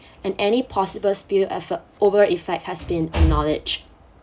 and any possible spill effort over effect has been acknowledged